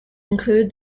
include